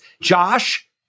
Josh